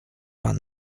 pan